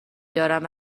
دارند